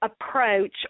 approach